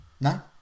No